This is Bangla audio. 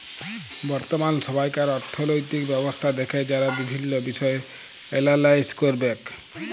বর্তমাল সময়কার অথ্থলৈতিক ব্যবস্থা দ্যাখে যারা বিভিল্ল্য বিষয় এলালাইস ক্যরবেক